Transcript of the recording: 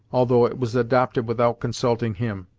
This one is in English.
although it was adopted without consulting him,